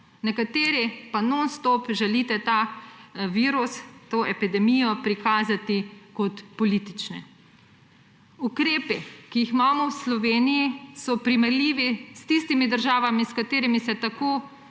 Nekateri pa nonstop želite ta virus, to epidemijo, prikazati kot politično. Ukrepi, ki jih imamo v Sloveniji, so primerljivi s tistimi državami, s katerimi se tako